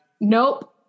Nope